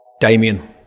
Damien